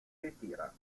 ritira